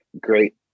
great